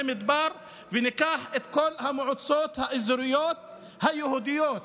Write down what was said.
מדבר וניקח את כל המועצות האזוריות היהודיות בנגב,